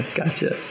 gotcha